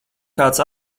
kāds